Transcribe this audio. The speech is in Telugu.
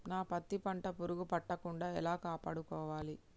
నా పత్తి పంట పురుగు పట్టకుండా ఎలా కాపాడుకోవాలి?